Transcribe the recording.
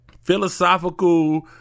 philosophical